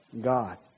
God